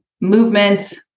movement